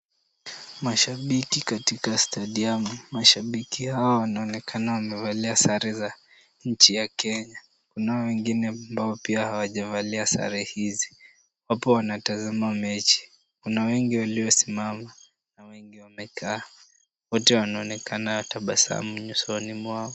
Mashabiki katika stadium .Mashabiki hawa wanaonekana wamevalia sare za nchi ya Kenya, kunao wengine ambao pia hawajavalia sare hizi. Wapo wanatazama mechi. Kuna wengi waliosimama na wengi wamekaa, wote wanaonekanana tabasamu nyusoni mwao.